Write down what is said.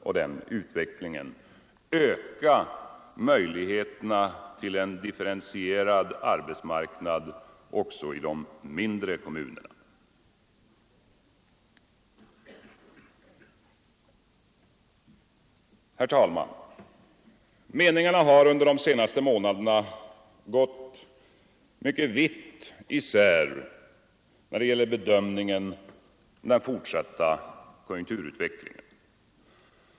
Man måste öka möjligheterna till en differentierad arbetsmarknad också i de mindre kommunerna. Herr talman! Meningarna har under de senaste månaderna gått vitt när det gäller bedömningen av den fortsatta konjunkturutvecklingen.